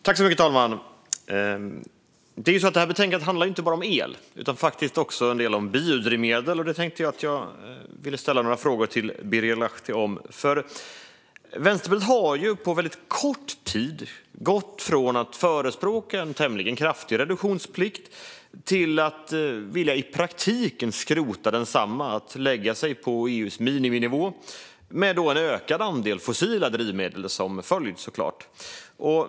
Fru talman! Betänkandet handlar inte bara om el utan också en del om biodrivmedel. Jag tänkte ställa några frågor till Birger Lahti om det. Vänsterpartiet har på väldigt kort tid gått från att förespråka en tämligen kraftig reduktionsplikt till att i praktiken vilja skrota densamma och lägga sig på EU:s miniminivå - med en ökad andel fossila drivmedel som följd såklart.